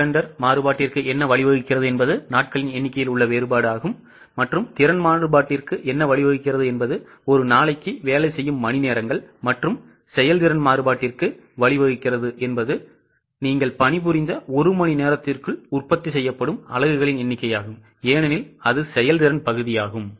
calendar மாறுபாட்டிற்கு என்ன வழிவகுக்கிறது என்பது நாட்களின் எண்ணிக்கையில் உள்ள வேறுபாடு திறன் மாறுபாட்டிற்கு என்ன வழிவகுக்கிறது என்பது ஒரு நாளைக்கு வேலை செய்யும் மணிநேரங்கள் மற்றும் செயல்திறன் மாறுபாட்டிற்கு வழிவகுக்கிறது என்பது நீங்கள் பணிபுரிந்த ஒரு மணி நேரத்திற்குள் உற்பத்தி செய்யப்படும் அலகுகளின் எண்ணிக்கை ஏனெனில் அது செயல்திறன்பகுதியாகும்